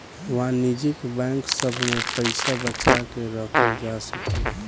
वाणिज्यिक बैंक सभ में पइसा बचा के रखल जा सकेला